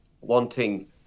wanting